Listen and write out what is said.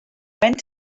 went